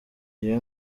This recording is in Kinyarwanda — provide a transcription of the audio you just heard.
jyewe